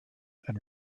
and